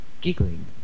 giggling